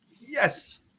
Yes